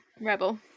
Rebel